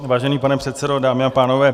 Vážený pane předsedo, dámy a pánové.